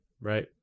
right